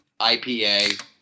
IPA